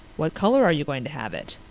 what color are you going to have it?